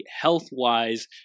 health-wise